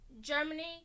Germany